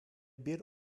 bir